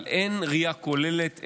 אבל אין ראייה כוללת,